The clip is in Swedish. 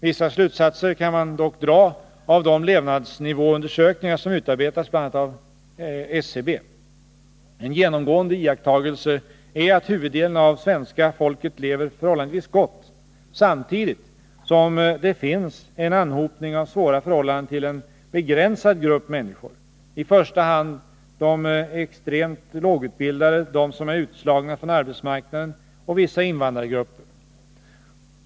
Vissa slutsatser kan man dock dra av de levnadsnivåundersökningar som utarbetats, bl.a. av SCB. En genomgående iakttagelse är att huvuddelen av svenska folket lever förhållandevis gott samtidigt som det finns en anhopning av svåra förhållanden till en begränsad grupp människor — i första hand de extremt lågutbildade, de som är utslagna från arbetsmarknaden och vissa invandrargrupper.